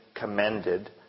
commended